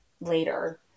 later